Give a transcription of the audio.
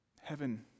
heaven